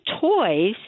toys